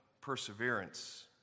perseverance